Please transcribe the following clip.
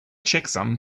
checksum